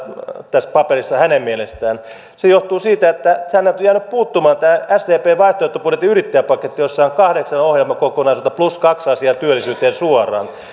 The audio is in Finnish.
tässä meidän paperissamme se johtuu siitä että tästä on jäänyt puuttumaan tämä sdpn vaihtoehtobudjetin yrittäjäpaketti jossa on kahdeksan ohjelmakokonaisuutta plus kaksi asiaa työllisyyteen suoraan